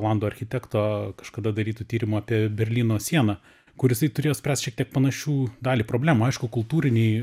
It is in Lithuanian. olandų architekto kažkada darytu tyrimu apie berlyno sieną kur jisai turėjo spręst šiek tiek panašių dalį problemų aišku kultūriniai